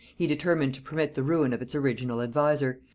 he determined to permit the ruin of its original adviser,